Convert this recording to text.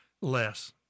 less